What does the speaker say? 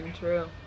True